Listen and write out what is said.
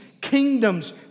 kingdoms